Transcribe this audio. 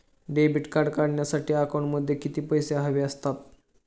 Debit card काढण्यासाठी अकाउंटमध्ये किती पैसे हवे असतात?